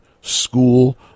School